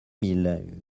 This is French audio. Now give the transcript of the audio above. mille